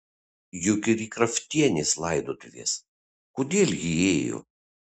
juk ir į kraftienės laidotuvės kodėl ji ėjo